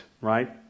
right